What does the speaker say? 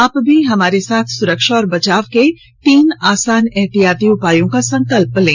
आप भी हमारे साथ सुरक्षा और बचाव के तीन आसान एहतियाती उपायों का संकल्प लें